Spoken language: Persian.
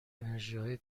انرژیهای